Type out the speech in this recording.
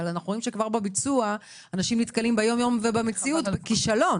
אבל אנחנו רואים שכבר בביצוע אנשים נתקלים ביום יום ובמציאות בכישלון,